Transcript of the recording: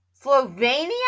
Slovenia